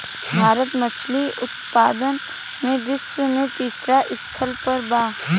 भारत मछली उतपादन में विश्व में तिसरा स्थान पर बा